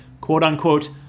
quote-unquote